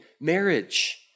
marriage